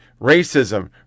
racism